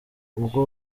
ubwo